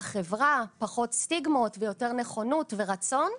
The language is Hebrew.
בחברה, פחות סטיגמות ויותר נכונות ורצון.